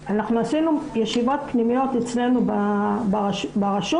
עשינו ישיבות פנימיות אצלנו ברשות